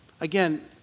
Again